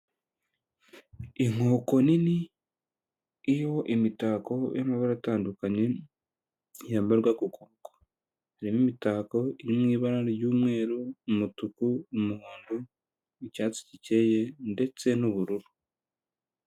Inkoko nini, iriho imitako y'amabara atandukanye yambarwa ku kuboko, hirimo imitako iri mu ibara ry'umweru, umutuku, umuhondo, n'icyatsi gikeye ndetse n'ubururu.